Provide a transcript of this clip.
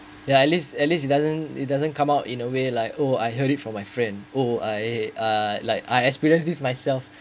ya at least at least it doesn't it doesn't come out in a way like oh I heard it from my friend oh I uh like I experience this myself